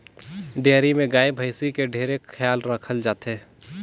dairy में गाय, भइसी के ढेरे खयाल राखल जाथे